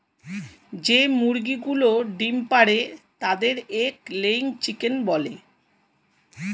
যে মুরগিগুলো ডিম পাড়ে তাদের এগ লেয়িং চিকেন বলে